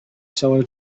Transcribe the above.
seller